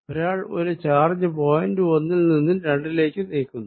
ഒരാൾ ഒരു charge point ഒന്നിൽ നിന്നും രണ്ടിലേക്ക് നീക്കുന്നു